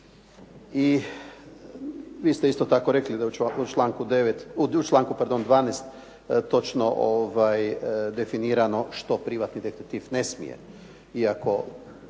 i vi ste isto tako rekli da u članku 12. točno definirano što privatni detektiv ne smije, iako